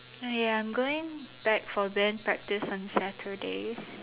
ya I'm going back for band practice on Saturdays